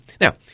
Now